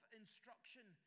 instruction